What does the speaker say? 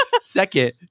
Second